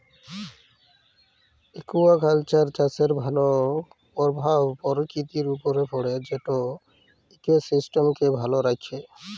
aquaculture চাষের ভালো পরভাব পরকিতির উপরে পড়ে যেট ইকসিস্টেমকে ভালো রাখ্যে